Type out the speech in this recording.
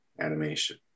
animation